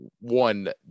one